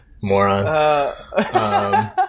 moron